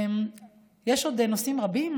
יש עוד נושאים רבים.